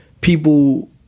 people